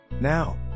Now